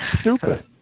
stupid